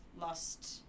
lost